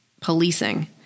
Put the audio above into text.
policing